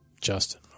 Justin